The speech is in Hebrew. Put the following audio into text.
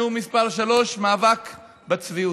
נאום מס' 3: מאבק בצביעות.